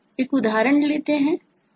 एक उदाहरण लेते हैं